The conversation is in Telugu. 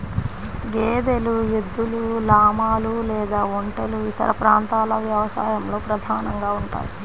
గేదెలు, ఎద్దులు, లామాలు లేదా ఒంటెలు ఇతర ప్రాంతాల వ్యవసాయంలో ప్రధానంగా ఉంటాయి